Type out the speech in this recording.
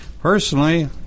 personally